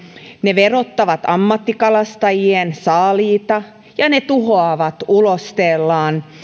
ne verottavat ammattikalastajien saaliita ja ne tuhoavat ulosteellaan